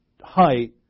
height